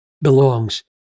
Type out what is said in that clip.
belongs